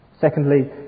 Secondly